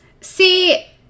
see